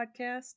podcast